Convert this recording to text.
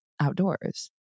outdoors